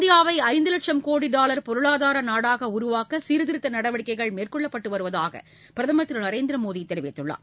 இந்தியாவை ஐந்து லட்சும் கோடி டாலர் பொருளாதார நாடாக உருவாக்க சீர்திருத்த நடவடிக்கைகள் மேற்கொள்ளப்பட்டு வருவதாக பிரதம் திரு நரேந்திரமோடி தெரிவித்துள்ளார்